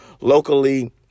locally